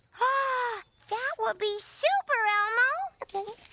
ah that would be super, elmo!